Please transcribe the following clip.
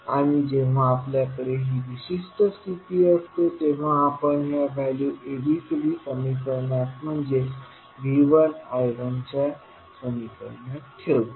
आणि जेव्हा आपल्याकडे ही विशिष्ट स्थिती असते तेव्हा आपण ह्या व्हॅल्यू ABCD समीकरणात म्हणजे V1 I1 च्या समीकरणात ठेवतो